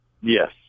Yes